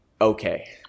okay